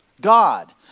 God